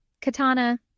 Katana